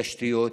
לתשתיות,